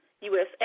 USA